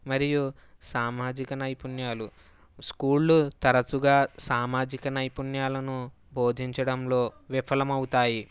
మరియు సామాజిక నైపుణ్యాలు స్కూలు తరచుగా సామాజిక నైపుణ్యాలను బోధించడంలో విఫలమవుతాయి